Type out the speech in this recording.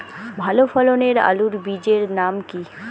ভালো ফলনের আলুর বীজের নাম কি?